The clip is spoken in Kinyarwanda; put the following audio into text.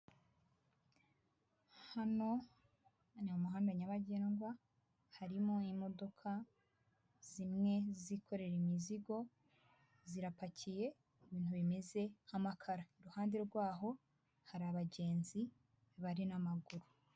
Hano ni mu muhanda nyabagendwa harimo imodoka zimwe zikorera imizigo zirapakiye ibintu bimeze nk'amakara iruhande rwaho hari abagenzi bari n'amaguru.